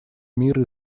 мира